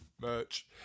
Merch